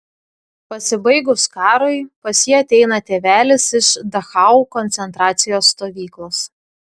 pasibaigus karui pas jį ateina tėvelis iš dachau koncentracijos stovyklos